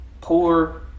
Poor